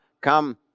come